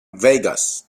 vegas